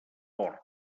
porc